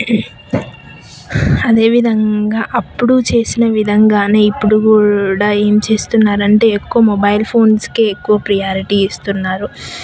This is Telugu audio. అదే విధంగా అప్పుడు చేసిన విధంగానే ఇప్పుడు ఏం చేస్తున్నారంటే ఎక్కువ మొబైల్ ఫోన్స్కు ఎక్కువ ప్రియారిటీ ఇస్తున్నారు